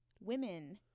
women